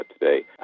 today